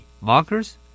Markers